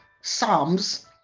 Psalms